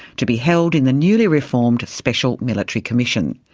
to be held in the newly reformed special military commission.